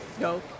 No